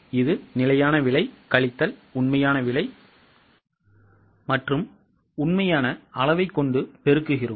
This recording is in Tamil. இது நிலையான விலை கழித்தல் உண்மையான விலை மற்றும் உண்மையான அளவைக் கொண்டு பெருக்குகிறோம்